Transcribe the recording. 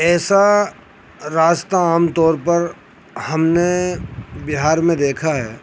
ایسا راستہ عام طور پر ہم نے بہار میں دیکھا ہے